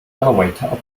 elevator